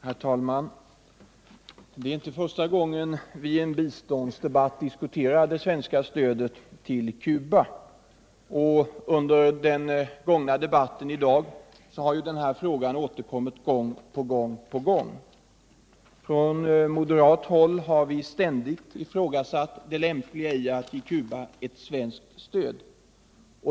Herr talman! Det är inte första gången vi i en biståndsdebatt diskuterar det svenska stödet till Cuba. Under debatten i dag har denna fråga återkommit gång på gång. Från moderat håll har vi ständigt ifrågasatt det lämpliga i att ge Cuba svenskt stöd.